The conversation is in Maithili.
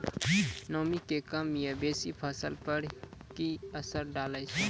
नामी के कम या बेसी फसल पर की असर डाले छै?